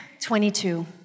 22